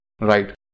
right